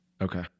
Okay